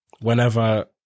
whenever